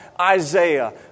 Isaiah